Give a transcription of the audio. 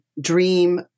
dream